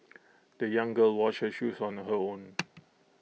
the young girl washed her shoes on her own